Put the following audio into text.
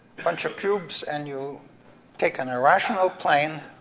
bunch of cubes, and you take an irrational plane,